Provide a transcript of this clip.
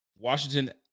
Washington